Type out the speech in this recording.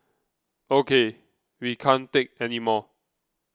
ok we can't take anymore